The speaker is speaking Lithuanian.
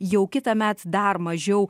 jau kitąmet dar mažiau